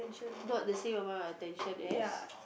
not the same amount of attention as